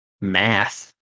Math